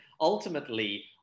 ultimately